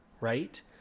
right